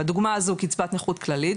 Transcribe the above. בדוגמה הזאת קצבת נכות כללית,